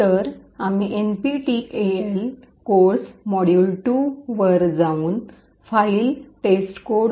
तर आम्ही NPTEL codes module two nptel codesmodule2 वर जाऊन फाईल टेस्टकोड